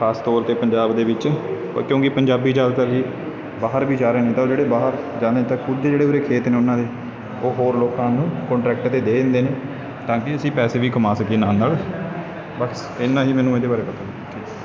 ਖਾਸ ਤੌਰ 'ਤੇ ਪੰਜਾਬ ਦੇ ਵਿੱਚ ਕਿਉਂਕਿ ਪੰਜਾਬੀ ਜ਼ਿਆਦਾਤਰ ਹੀ ਬਾਹਰ ਵੀ ਜਾ ਰਹੇ ਨੇ ਤਾਂ ਉਹ ਜਿਹੜੇ ਬਾਹਰ ਜਾਂਦੇ ਤਾਂ ਖੁਦ ਦੇ ਜਿਹੜੇ ਉਰੇ ਖੇਤ ਨੇ ਉਹਨਾਂ ਦੇ ਉਹ ਹੋਰ ਲੋਕਾਂ ਨੂੰ ਕੋਨਟਰੈਕਟ 'ਤੇ ਦੇ ਦਿੰਦੇ ਨੇ ਤਾਂ ਕਿ ਅਸੀਂ ਪੈਸੇ ਵੀ ਕਮਾ ਸਕੀਏ ਨਾਲ ਨਾਲ ਬਸ ਇੰਨਾ ਹੀ ਮੈਨੂੰ ਇਹਦੇ ਬਾਰੇ ਪਤਾ